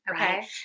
Okay